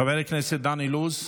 חבר הכנסת דן אילוז,